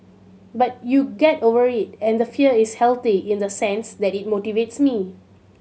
but you get over it and the fear is healthy in the sense that it motivates me